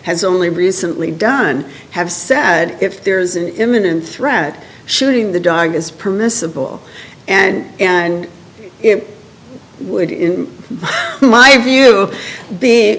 has only recently done have said if there's an imminent threat shooting the dying is permissible and and it would in my view be